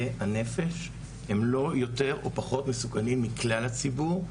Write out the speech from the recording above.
הנפש הם לא יותר או פחות מסוכנים מכלל הציבור.